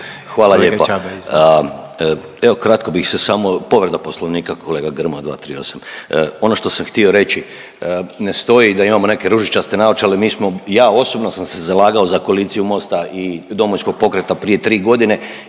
(DP)** Evo, kratko bih se samo, povreda Poslovnika, kolega Grmoja, 238. Ono što sam htio reći, ne stoji da imamo neke ružičaste naočale, mi smo, ja osobno sam se zalagao za koaliciju Mosta i Domovinskog pokreta prije 3 godine